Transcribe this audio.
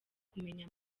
kumenya